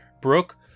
Brooke